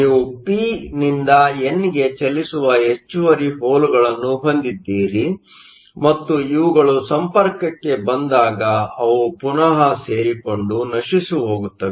ನೀವು ಪಿ ನಿಂದ ಎನ್ ಗೆ ಚಲಿಸುವ ಹೆಚ್ಚುವರಿ ಹೋಲ್ಗಳನ್ನು ಹೊಂದಿದ್ದೀರಿ ಮತ್ತು ಇವುಗಳು ಸಂಪರ್ಕಕ್ಕೆ ಬಂದಾಗ ಅವು ಪುನಃ ಸೇರಿಕೊಂಡು ನಶಿಸುಹೊಗುತ್ತವೆ